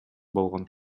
болгон